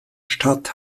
stadt